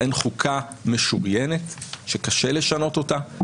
אין חוקה משוריינת שקשה לשנות אותה,